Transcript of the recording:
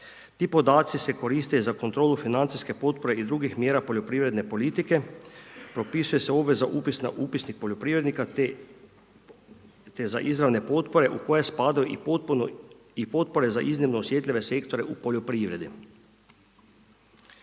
Ti podaci se koriste za kontrolu financijske potpore i drugih mjera poljoprivredne politike, propisuje se obveza upisnih poljoprivrednika te za izravne potpore u koje spadaju i potpore za iznimno osjetljive sektore u poljoprivredi.